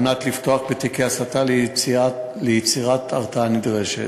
על מנת לפתוח תיקי הסתה ליצירת ההרתעה הנדרשת.